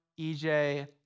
EJ